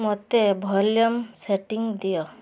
ମୋତେ volume setting ଦିଅ